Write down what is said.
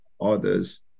others